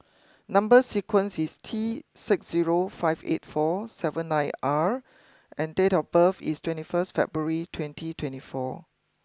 number sequence is T six zero five eight four seven nine R and date of birth is twenty first February twenty twenty four